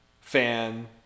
fan